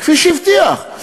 כפי שהבטיח?